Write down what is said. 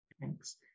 thanks